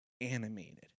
animated